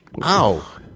Ow